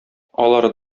алары